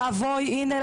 ואבוי הנה,